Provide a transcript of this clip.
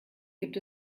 gibt